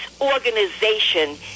organization